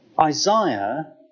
Isaiah